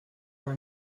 have